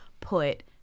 put